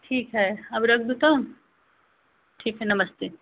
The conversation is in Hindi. ठीक है अब रख दूँ तो ठीक है नमस्ते